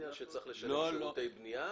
צריך לשלם שירותי בנייה,